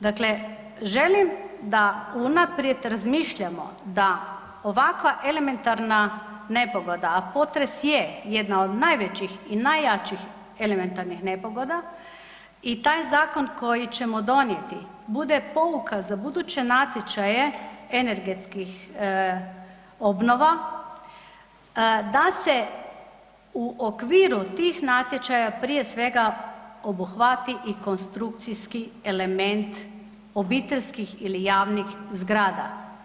Dakle, želim da unaprijed razmišljamo da ovakva elementarna nepogoda, a potres je jedna od najvećih i najjačih elementarnih nepogoda i taj zakon koji ćemo donijeti, bude pouka za buduće natječaje energetskih obnova, da se u okviru tih natječaja prije svega obuhvati i konstrukcijski element obiteljskih ili javnih zgrada.